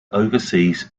oversees